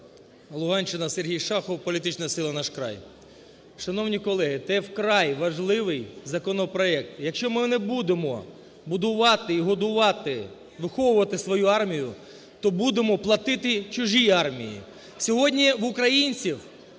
Луганщина, Сергій Шахов, політична сила "Наш край". Шановні колеги, це вкрай важливий законопроект. Якщо ми не будемо будувати і годувати, виховувати свою армію, то будемо платити чужій армії. Сьогодні в українців